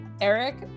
Eric